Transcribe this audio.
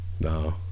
No